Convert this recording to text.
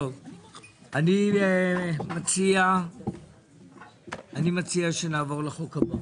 אני מציע שנעבור לחוק הבא.